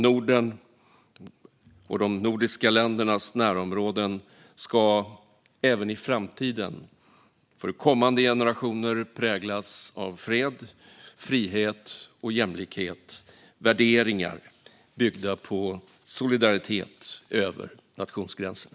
Norden och de nordiska ländernas närområden ska även i framtiden och för kommande generationer präglas av fred, frihet och jämlikhet - värderingar byggda på solidaritet över nationsgränserna.